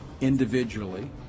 individually